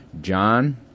John